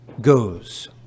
goes